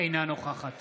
אינה נוכחת